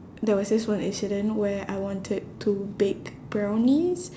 there was this one incident where I wanted to bake brownies